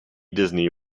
disney